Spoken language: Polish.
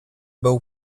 byl